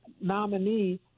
nominee